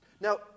Now